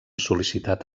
sol·licitat